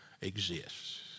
exists